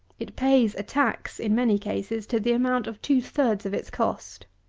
it pays a tax, in many cases, to the amount of two-thirds of its cost.